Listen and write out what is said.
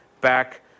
back